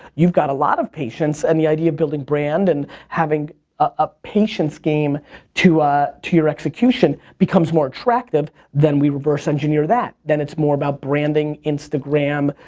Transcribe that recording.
you've got a lot of patience, and the idea of building brand and having a patience game to to your execution becomes more attractive, then we reverse engineer that. then it's more about branding, instagram,